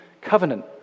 covenant